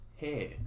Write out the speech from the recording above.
hair